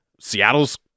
Seattle's